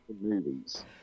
movies